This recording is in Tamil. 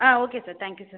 ah okay sir thank you sir